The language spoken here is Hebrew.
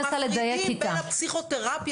תחושת חוסר האונים,